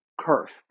cursed